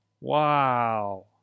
Wow